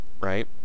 Right